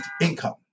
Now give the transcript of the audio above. income